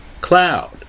cloud